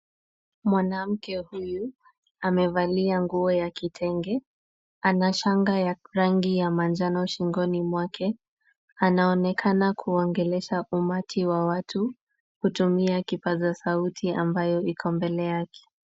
Mwanamke huyu amevalia nguo ya kitenge ana shanga ya rangi ya manjano shingoni mwake. Anaonekana kuongelesha umati wa watu kutumia kipaza sauti ambayo iko mbele yake.